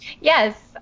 Yes